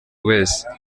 wese